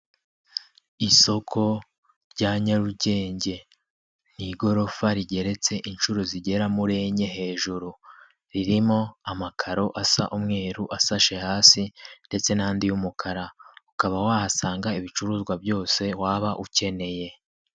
Isoko rya Nyarugenge ni igorofa rigeretse inshuro zigera muri enye, hejuru ririmo amakaro asa umweru asashe hasi ndetse n'andi y'umukara ukaba wahasanga ibicuruzwa byose waba ukeneye.